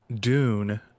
Dune